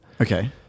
Okay